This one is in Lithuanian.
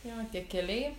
jo tie keliai